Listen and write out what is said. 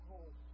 Home